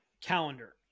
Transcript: calendar